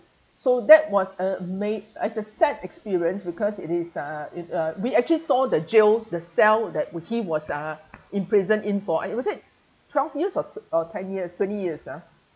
so that was a ma~ is a sad experience because it is uh it uh we actually saw the jail the cell that he was uh imprisoned in for it was it twelve years or or ten years twenty years ah